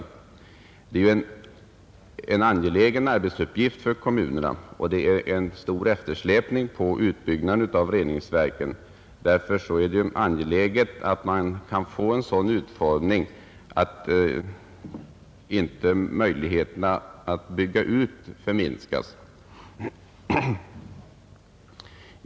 Utbyggnaden av reningsverk är en angelägen arbetsuppgift för kommunerna, och eftersläpningen är stor. Därför är det betydelsefullt att handläggningen kan få en sådan utformning att inte möjligheterna att bygga ut förminskas.